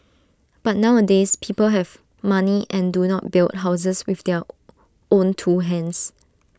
but nowadays people have money and do not build houses with their own two hands